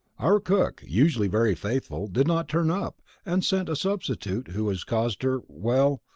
our cook, usually very faithful, did not turn up, and sent a substitute who has caused her well,